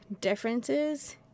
differences